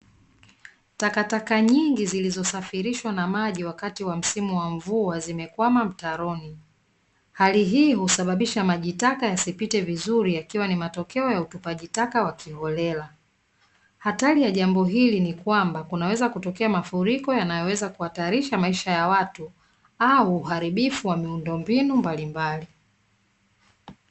Takataka nyingi zilizosafirishwa na maji wakati wa msimu wa mvua zimekwama mtaroni, hali hii husababisha majitaka yasipite vizuri yakiwa ni matokeo ya utupaji taka wa kiholela; hatari ya jambo hili ni kwamba kunaweza kutokea mafuriko yanayoweza kuhatarisha maisha ya watu au uharibifu wa miundombinu mbalimbali.